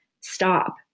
stop